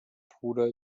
bruder